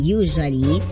usually